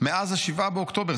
מאז 7 באוקטובר.